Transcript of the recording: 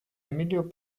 emilio